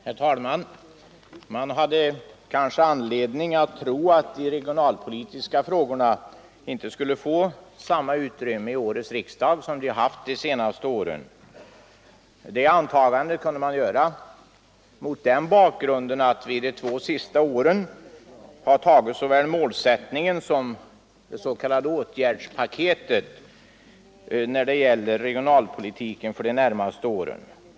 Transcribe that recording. Herr talman! Man hade kanske anledning att tro att de regionalpolitiska frågorna inte skulle få samma utrymme i årets riksdag som de haft de senaste åren. Det antagandet kunde man göra mot den bakgrunden att vi de två senaste åren har tagit såväl målsättningen som det s.k. åtgärdspaketet när det gäller regionalpolitiken för den närmaste framtiden.